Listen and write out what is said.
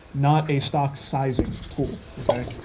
not a stock sizing tool, ok?